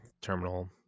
terminal